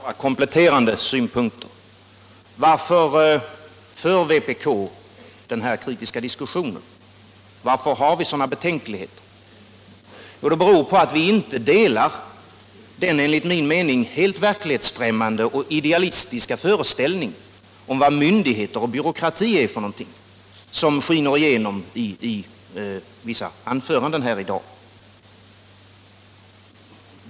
Herr talman! Låt mig lämna några kompletterande synpunkter. Varför för vpk den här kritiska diskussionen? Varför har vi sådana betänkligheter? Jo, det beror på att vi inte delar den helt verklighetsfrämmande och idealistiska föreställning, som skiner igenom i vissa anföranden här i dag, om vad myndigheter och byråkrati är för någonting.